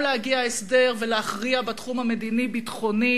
גם להגיע להסדר ולהכריע בתחום המדיני-ביטחוני,